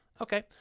Okay